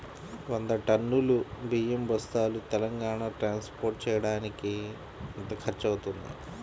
వంద టన్నులు బియ్యం బస్తాలు తెలంగాణ ట్రాస్పోర్ట్ చేయటానికి కి ఎంత ఖర్చు అవుతుంది?